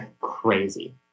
crazy